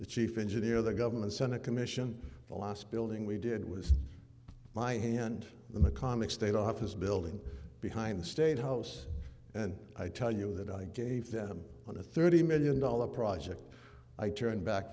the chief engineer of the government senate commission the last building we did was my hand the comic state office building behind the state house and i tell you that i gave them on a thirty million dollars project i turned back